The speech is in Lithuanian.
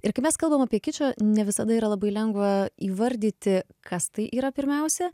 ir kai mes kalbam apie kičą ne visada yra labai lengva įvardyti kas tai yra pirmiausia